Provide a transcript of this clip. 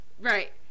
Right